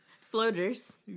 floaters